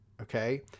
okay